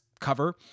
cover